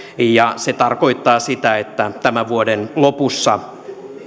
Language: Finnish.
ja se tarkoittaa sitä että tämän vuoden lopussa